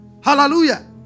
Hallelujah